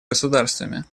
государствами